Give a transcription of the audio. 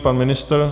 Pan ministr?